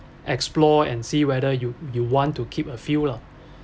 explore and see whether you you want to keep a few lah